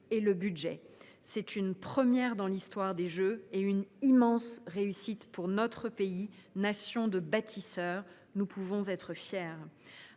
et le budget : c’est une première dans l’histoire des Jeux et une immense réussite pour notre pays, nation de bâtisseurs. Nous pouvons en être fiers